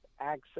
access